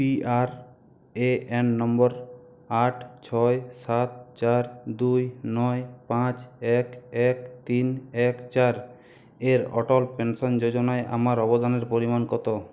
PRAN নম্বর আট ছয় সাত চার দুই নয় পাঁচ এক এক তিন এক চার এর অটল পেনশন যোজনায় আমার অবদানের পরিমাণ কত